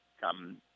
come